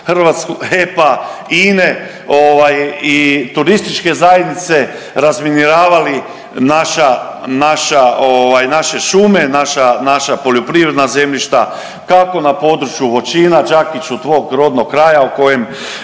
hrvatskog HEP-a, INE ovaj i turističke zajednice razminiravali naša, naša ovaj naše šume, naša, naša poljoprivredna zemljišta kako na području Voćina, Đakiću tvog rodnog kraja o kojem